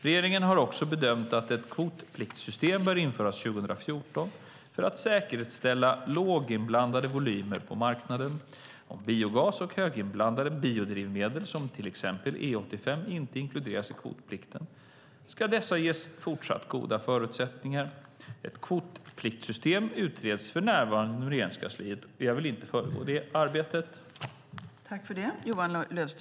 Regeringen har också bedömt att ett kvotpliktssystem bör införas 2014 för att säkerställa låginblandade volymer på marknaden. Om biogas och höginblandade biodrivmedel, till exempel E85, inte inkluderas i kvotplikten ska dessa ges fortsatt goda förutsättningar. Ett kvotpliktssystem utreds för närvarande inom Regeringskansliet. Jag vill inte föregå det arbetet.